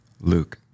Luke